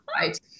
right